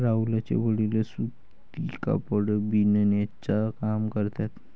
राहुलचे वडील सूती कापड बिनण्याचा काम करतात